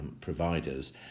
providers